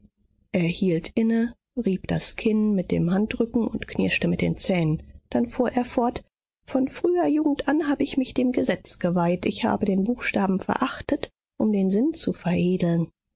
hielt inne rieb das kinn mit dem handrücken und knirschte mit den zähnen dann fuhr er fort von früher jugend an habe ich mich dem gesetz geweiht ich habe den buchstaben verachtet um den sinn zu veredeln